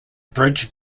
bridge